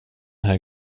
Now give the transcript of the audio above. här